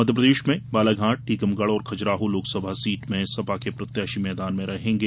मध्यप्रदेश में बालाघाट टीकमगढ़ और ख्जराहो लोकसभा सीट से सपा के प्रत्याशी मैदान में रहेंगे